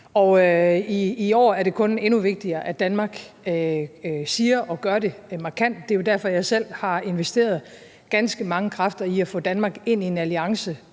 i år er det kun endnu vigtigere, at Danmark siger og gør det markant. Det er derfor, jeg selv har investeret ganske mange kræfter i at få Danmark ind i en alliance